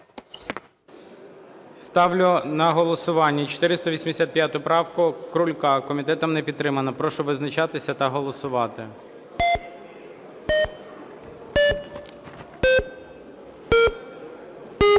Ставлю на голосування 485 правку Крулька. Комітетом не підтримана. Прошу визначатися та голосувати. 13:38:53 За-85